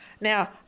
Now